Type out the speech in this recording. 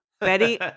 Betty